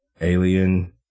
Alien